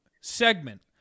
segment